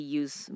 use